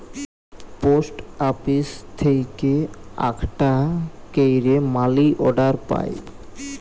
post office থেক্যে আকটা ক্যারে মালি অর্ডার পায়